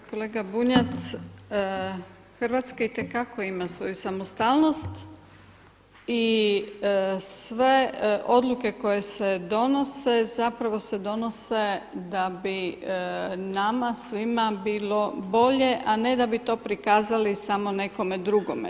Pa kolega Bunjac, Hrvatska itekako ima svoju samostalnost i sve odluke koje se donose zapravo se donose da bi nama svima bilo bolje a ne da bi to prikazali samo nekome drugome.